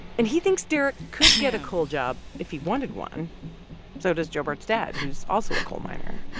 and he thinks derek could get a coal job if he wanted one so does joe bart's dad who's also a coal miner.